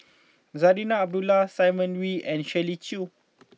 Zarinah Abdullah Simon Wee and Shirley Chew